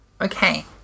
Okay